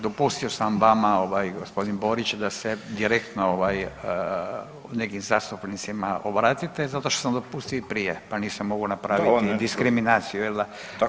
Dopustio sam vama gospodin Borić da se direktno nekim zastupnicima obratite zato što sam dopustio i prije, pa nisam mogao napraviti diskriminaciju.